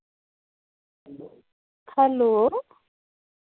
hello